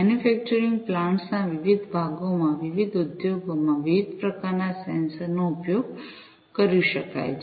manufacturing plants ના વિવિધ ભાગોમાં વિવિધ ઉદ્યોગોમાં વિવિધ પ્રકારના સેન્સર નો ઉપયોગ કરી શકાય છે